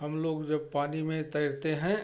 हम लोग जब पानी में तैरते हैं